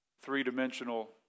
three-dimensional